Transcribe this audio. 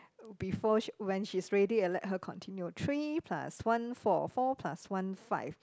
oh before when she's ready I let her continue three plus one four four plus one five